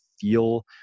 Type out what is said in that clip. feel